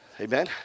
amen